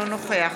אינו נוכח